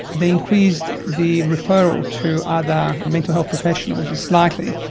they increased the referral to other mental health professionals slightly,